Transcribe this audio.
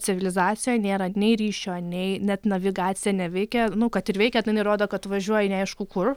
civilizacijoj nėra nei ryšio nei net navigacija neveikia nu kad ir veikia tai jinai rodo kad tu važiuoji neaišku kur